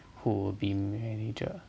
who will be manager